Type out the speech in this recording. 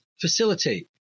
facilitate